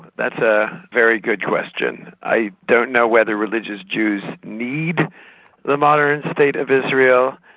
that's a very good question. i don't know whether religious jews need the modern state of israel.